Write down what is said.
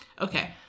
Okay